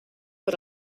per